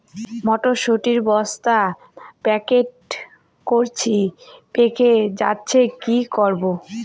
মটর শুটি বস্তা প্যাকেটিং করেছি পেকে যাচ্ছে কি করব?